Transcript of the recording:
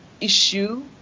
issue